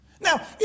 Now